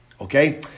Okay